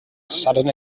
sudden